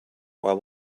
there